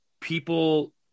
people